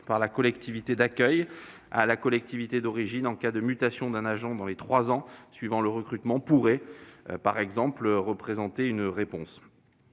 par la collectivité d'accueil à la collectivité d'origine en cas de mutation d'un agent dans les trois ans suivant le recrutement pourrait, par exemple, constituer une réponse.